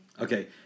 Okay